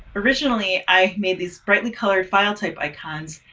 originally, i made these brightly colored file type icons,